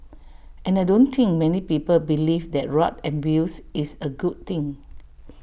and I don't think many people believe that rug abuse is A good thing